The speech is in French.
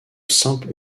simple